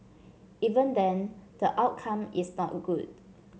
even then the outcome is not good